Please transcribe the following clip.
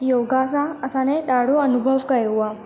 योगा सां असां अने ॾाढो अनुभव कयो आहे